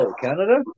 Canada